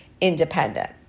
independent